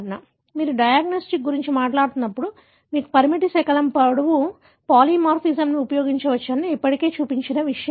కాబట్టి మీరు డయాగ్నోస్టిక్స్ గురించి మాట్లాడుతున్నప్పుడు మీరు పరిమితి శకలం పొడవు పాలిమార్ఫిజమ్ని ఉపయోగించవచ్చని నేను ఇప్పటికే చూపించిన విషయం ఇది